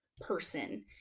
person